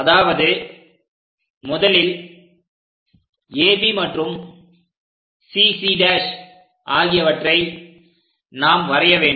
அதாவது முதலில் AB மற்றும் CC' ஆகியவற்றை நாம் வரைய வேண்டும்